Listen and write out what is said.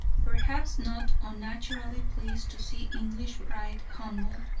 perhaps not unnaturally, pleased to see english pride humbled,